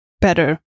better